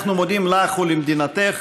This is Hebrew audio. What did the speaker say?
אנחנו מודים לך ולמדינתך,